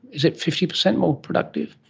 is it fifty percent more productive?